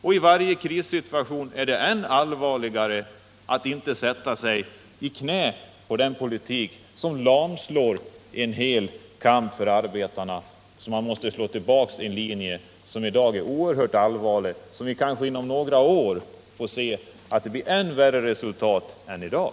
Det är i krissituationer ännu angelägnare än annars att man inte knäsätter en politik, som totalt lamslår arbetarnas kamp. Vi måste slå tillbaka denna linje, som i dag är oerhört allvarlig och som om några år kanske kommer att leda till än värre resultat än i dag.